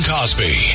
Cosby